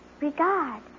regard